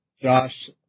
Josh